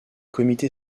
comité